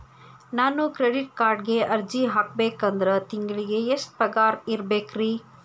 ನಾನು ಕ್ರೆಡಿಟ್ ಕಾರ್ಡ್ಗೆ ಅರ್ಜಿ ಹಾಕ್ಬೇಕಂದ್ರ ತಿಂಗಳಿಗೆ ಎಷ್ಟ ಪಗಾರ್ ಇರ್ಬೆಕ್ರಿ?